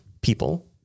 people